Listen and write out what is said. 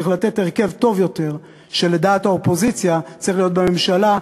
צריך לתת הרכב טוב יותר שלדעת האופוזיציה צריך להיות בממשלה,